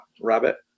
Rabbit